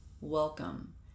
Welcome